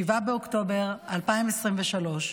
7 באוקטובר 2023,